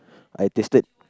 I tasted